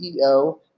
CEO